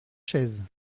chaises